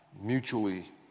mutually